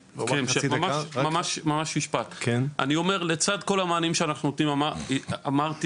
אני אומר לצד כל המענים שאנחנו נותנים אמרתי